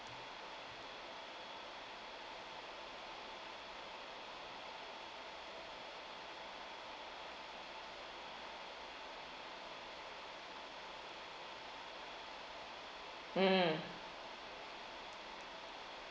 mm